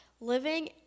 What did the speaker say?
living